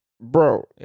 Bro